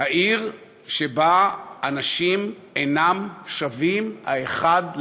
העיר שבה אנשים אינם שווים האחד לאחר,